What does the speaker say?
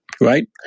right